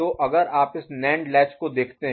तो अगर आप इस नैंड लैच को देखते हैं